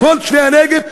כל תושבי הנגב,